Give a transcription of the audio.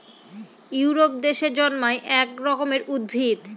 Europe দেশে জন্মানো এক রকমের উদ্ভিদ